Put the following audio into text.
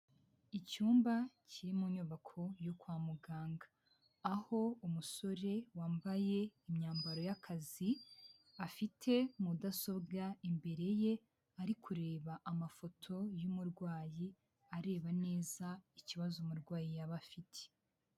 Icyumba kiri mu nyubako yo kwa muganga, aho umusore wambaye imyambaro y'akazi, afite mudasobwa imbere ye ari kureba amafoto y'umurwayi, areba neza ikibazo umurwayi yaba afite.